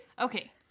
okay